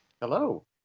Hello